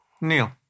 Neil